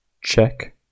Check